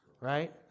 right